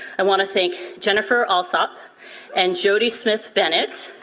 i wanna thank jennifer allsopp and jodie smith-bennett.